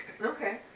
Okay